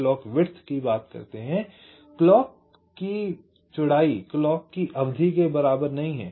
clock की चौड़ाई clock की अवधि के बराबर नहीं है